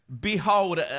Behold